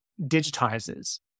digitizes